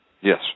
Yes